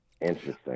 Interesting